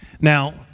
Now